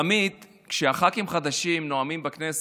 תמיד כשח"כים חדשים נואמים בכנסת,